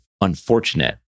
unfortunate